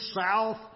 south